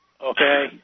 Okay